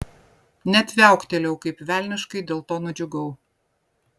net viauktelėjau kaip velniškai dėl to nudžiugau